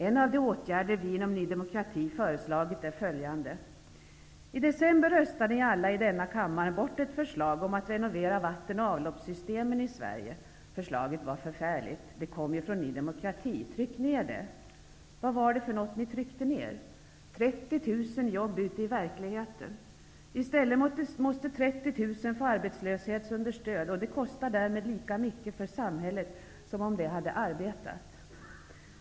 En av de åtgärder vi inom Ny demokrati föreslagit är följande: I december röstade ni alla i denna kammare bort ett förslag om att renovera vattenoch avloppssystemen i Sverige. Förslaget var förfärligt. Det kom ju från Ny demokrati. ''Tryck ner det!'' Vad var det för något ni tryckte ner? Jo, 3O OOO jobb ute i verkligheten! I stället måste 3O OOO personer få arbetslöshetsunderstöd, och de kostar därmed lika mycket för samhället, som om de hade arbetat!